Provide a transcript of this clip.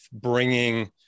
bringing